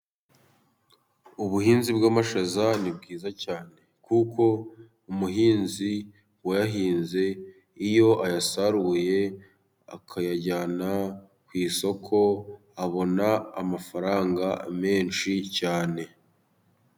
Ubuhinzi bw'amashaza ni bwiza cyane. Kuko umuhinzi wayahinze iyo ayasaruye， akayajyana ku isoko， abona amafaranga menshi cyane.